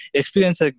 experience